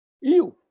EU